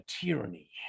tyranny